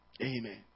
Amen